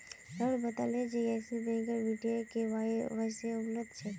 राहुल बताले जे एक्सिस बैंकत वीडियो के.वाई.सी उपलब्ध छेक